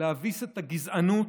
להביס את הגזענות,